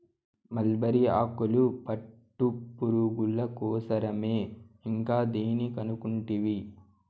mulberry ఆకులు పట్టుపురుగుల కోసరమే ఇంకా దేని కనుకుంటివి